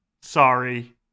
sorry